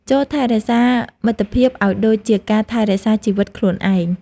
ចូរថែរក្សាមិត្តភាពឱ្យដូចជាការថែរក្សាជីវិតខ្លួនឯង។